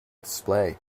display